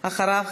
אחריו,